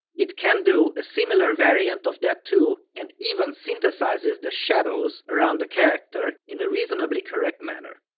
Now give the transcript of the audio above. it can do a similar variant of that too, and even synthesizes the shadows around the character in a reasonably correct manner.